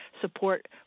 support